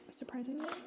surprisingly